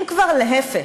אם כבר, להפך,